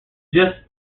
just